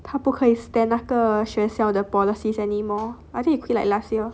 他不可以 stand 那个学校 the policies anymore I think he quit like last year